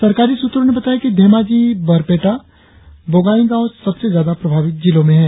सरकारी सूत्रों ने बताया कि धेमाजी बोरपेटा और बोंगाईगाव सबसे ज्यादा प्रभावित जिलों में हैं